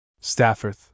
Stafford